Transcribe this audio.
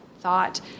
thought